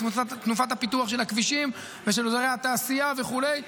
בתנופת הפיתוח של הכבישים ושל אזורי התעשייה וכולי.